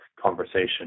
conversation